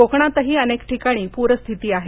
कोकणातही अनेक ठिकाणी प्रस्थिती आहे